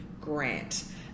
grant